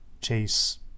chase